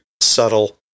subtle